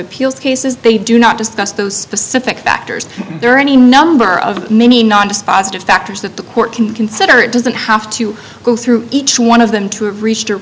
appeals cases they do not discuss those specific factors there are any number of many not dispositive factors that the court can consider it doesn't have to go through each one of them to